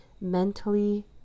mentally